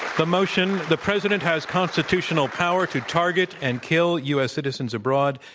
the motion, the president has constitutional power to target and kill u. s. citizens abroad,